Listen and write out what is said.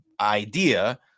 idea